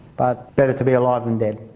but better to be alive than dead.